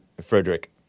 Frederick